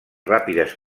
ràpides